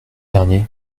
dernier